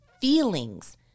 feelings